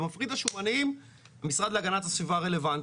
ומפריד השומנים המשרד להגנת הסביבה רלוונטי.